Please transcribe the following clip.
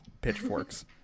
pitchforks